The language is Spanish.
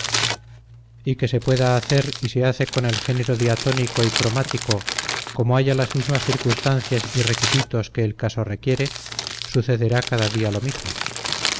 y que se pueda hacer y se hace con el género diatónico y cromático como haya las mismas circunstancias y requisitos que el caso quiere sucederá cada día lo mismo